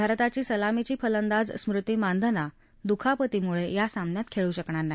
भारताची सलामीची फलंदाज स्मृती मानधना दुखापतीमुळत्री सामन्यात खद्धू शकणार नाही